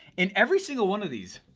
in every single one of these,